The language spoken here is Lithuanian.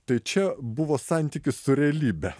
tai čia buvo santykis su realybe